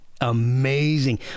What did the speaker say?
amazing